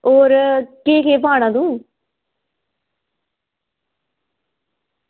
होर केह् केह् पाना तूं